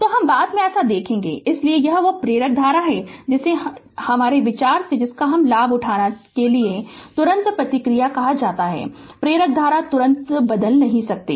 तो हम बाद में ऐसा देखेंगे लेकिन यह वह प्रेरक धारा है जिसे इस विचार का लाभ उठाने के लिए प्रतिक्रिया कहा जाता है कि प्रेरक धारा तुरंत नहीं बदल सकती है